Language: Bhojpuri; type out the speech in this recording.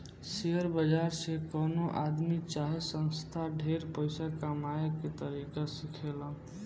शेयर बाजार से कवनो आदमी चाहे संस्था ढेर पइसा कमाए के तरीका सिखेलन